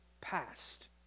past